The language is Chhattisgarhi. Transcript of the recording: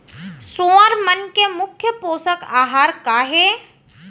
सुअर मन के मुख्य पोसक आहार का हे?